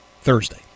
Thursday